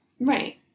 Right